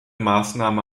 maßnahmen